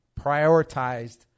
prioritized